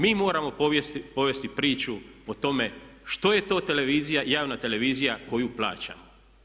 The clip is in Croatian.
Mi moramo povesti priču o tome što je to televizija, javna televizija koju plaćamo.